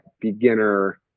beginner